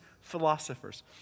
philosophers